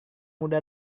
muda